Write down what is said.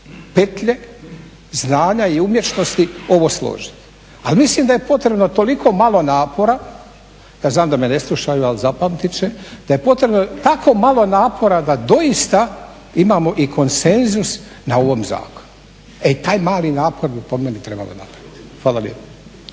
petlje, znanja i umješnosti ovo složiti. Ali mislim da je potrebno toliko malo napora, ja znam da me ne slušaju ali zapamtit će, da je potrebno tako malo napora da doista imamo i konsenzus na ovom zakonu. E taj mali napor bi po meni trebalo napraviti. Hvala lijepa.